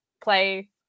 play